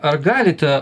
ar galite